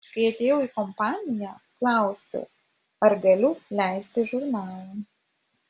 kai atėjau į kompaniją klausiau ar galiu leisti žurnalą